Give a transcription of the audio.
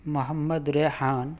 Muhammad Rehan